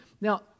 Now